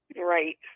Right